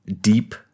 deep